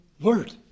word